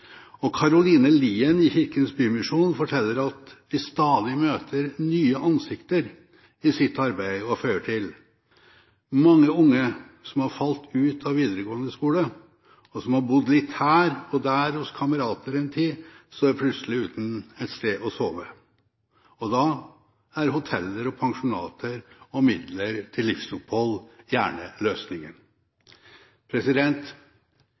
Og Karoline Lien i Kirkens Bymisjon forteller at de stadig møter nye ansikter i sitt arbeid, og føyer til: «Det er mange unge som har falt ut av videregående, og som har bodd litt her og der hos kamerater i en tid, men som plutselig står uten et sted å sove.» Da er hoteller og pensjonater og midler til livsopphold gjerne